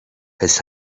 his